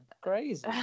Crazy